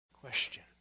Question